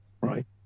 right